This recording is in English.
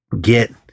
get